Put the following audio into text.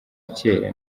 kera